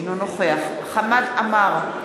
אינו נוכח חמד עמאר,